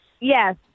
Yes